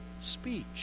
speech